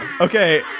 Okay